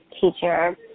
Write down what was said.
teacher